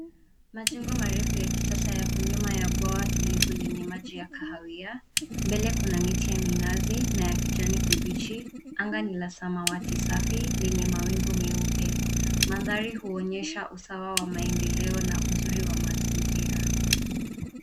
Majengo marefu ya kisasa yako nyuma ya bwawa tulivu lenye maji ya kahawia. Mbele kuna miti ya minazi na ya kijani kibichi. Anga ni la samawati safi lenye mawingu meupe. Mandhari huonyesha usawa wa maendeleo na uzuri wa mazingira.